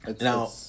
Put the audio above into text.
now